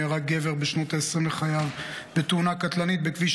נהרג גבר בשנות העשרים לחייו בתאונה קטלנית בכביש